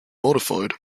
modified